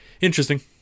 Interesting